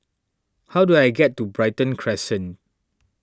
how do I get to Brighton Crescent